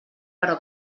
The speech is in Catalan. però